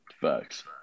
Facts